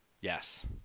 Yes